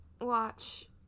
watch